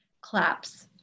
Claps